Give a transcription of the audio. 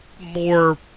more